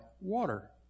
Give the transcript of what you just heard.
water